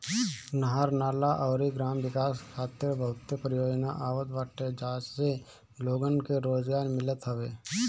नहर, नाला अउरी ग्राम विकास खातिर बहुते परियोजना आवत बाटे जसे लोगन के रोजगार मिलत हवे